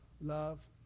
love